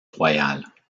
royale